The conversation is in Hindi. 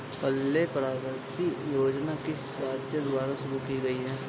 पल्ले प्रगति योजना किस राज्य द्वारा शुरू की गई है?